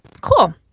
Cool